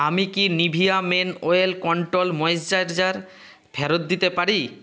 আমি কি Nivea men oil control moisturiser ফেরত দিতে পারি